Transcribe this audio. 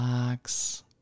relax